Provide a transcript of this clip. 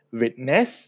witness